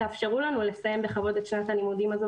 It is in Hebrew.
תאפשרו לנו לסיים בכבוד את שנת הלימודים הזו,